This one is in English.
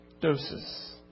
doses